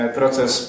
proces